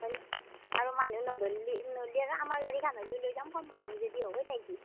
আৰু মানুহ নধৰলি নহলি আৰু আমাৰ গাড়ীখন হ'লিও লৈ যাম কম মানুহ যদি হৱে নে কি